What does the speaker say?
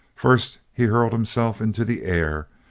first he hurled himself into the air,